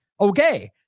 Okay